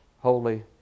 Holy